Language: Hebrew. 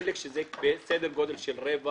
חלק שזה בסדר גודל של רבע